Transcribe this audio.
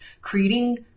creating